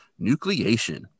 nucleation